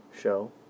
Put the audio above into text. show